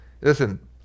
listen